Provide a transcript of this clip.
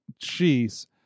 Jeez